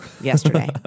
yesterday